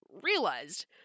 realized